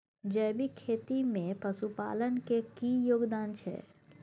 जैविक खेती में पशुपालन के की योगदान छै?